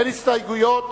אין הסתייגויות